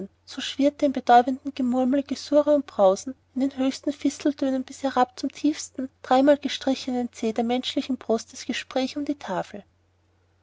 so schwirrte in betäubendem gemurmel gesurre und brausen in den höchsten fisteltönen bis herab zum tiefsten dreimalgestrichenen c der menschlichen brust das gespräch um die tafel